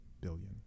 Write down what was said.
billion